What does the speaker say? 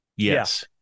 Yes